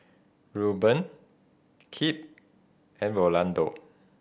Rueben Kip and Rolando